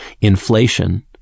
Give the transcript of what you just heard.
inflation